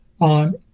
on